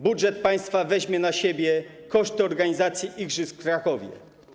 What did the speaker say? Budżet państwa weźmie na siebie koszty organizacji igrzysk w Krakowie.